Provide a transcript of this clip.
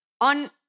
On